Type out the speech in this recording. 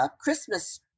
christmas